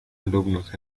alumnos